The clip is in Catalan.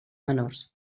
menors